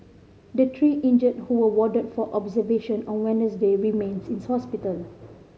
the three injured who were warded for observation on Wednesday remains in hospital